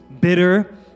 bitter